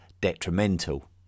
detrimental